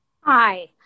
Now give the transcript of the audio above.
Hi